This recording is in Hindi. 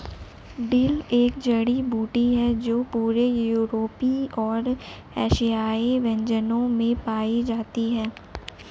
डिल एक जड़ी बूटी है जो पूरे यूरोपीय और एशियाई व्यंजनों में पाई जाती है